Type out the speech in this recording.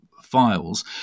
files